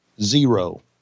Zero